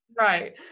Right